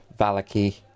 Valaki